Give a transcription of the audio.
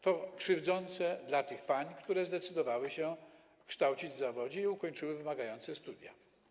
To krzywdzące dla tych pań, które zdecydowały się kształcić w zawodzie i ukończyły wymagające studia.